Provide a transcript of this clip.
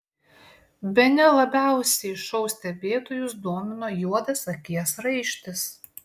bene labiausiai šou stebėtojus domino juodas akies raištis